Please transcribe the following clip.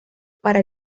para